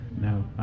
No